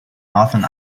northern